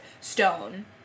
stone